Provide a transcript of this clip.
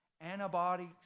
Antibodies